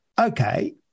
okay